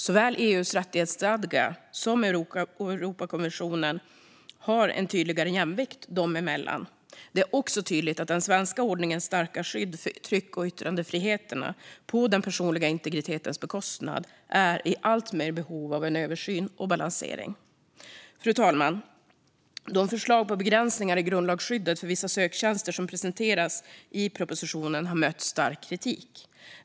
Såväl EU:s rättighetsstadga som Europakonventionen har en tydligare jämvikt dem emellan. Det är också tydligt att den svenska ordningens starka skydd för tryck och yttrandefriheterna, på den personliga integritetens bekostnad, är i allt större behov av en översyn och balansering. Fru talman! De förslag på begränsningar i grundlagsskyddet för vissa söktjänster som presenteras i propositionen har mött stark kritik.